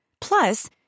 Plus